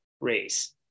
race